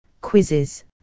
quizzes